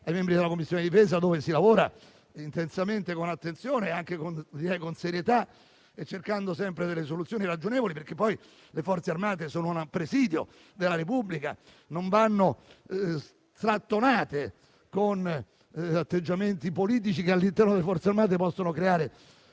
ai membri della Commissione difesa, dove si lavora intensamente, con attenzione, con serietà e cercando sempre soluzioni ragionevoli, perché le Forze armate sono un presidio della Repubblica e non vanno strattonate con atteggiamenti politici che al loro interno possono creare